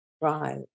Right